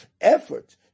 effort